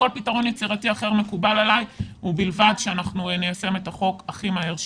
כל פתרון יצירתי אחר מקובל עלי ובלבד שניישם את החוק הכי מהר שאפשר.